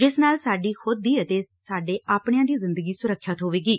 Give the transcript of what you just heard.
ਜਿਸ ਨਾਲ ਸਾਡੀ ਖੁਦ ਦੀ ਅਤੇ ਅਤੇ ਸਾਡੇ ਆਪਣਿਆਂ ਦੀ ਜ਼ਿੰਦਗੀ ਸੁਰੱਖਿਅਤ ਹੋਵੇਗੀ